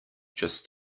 just